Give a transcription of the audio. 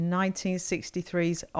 1963's